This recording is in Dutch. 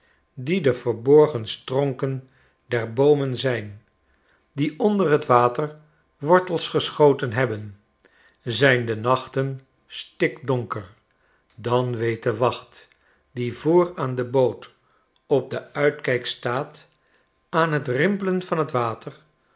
die de verborgen stronken der boomen zijn die onder t water wortels geschoten hebben zijn de nachten stikdonker dan weet de wacht die voor aan de boot op den uitkijk staat aan t rimpelen van t water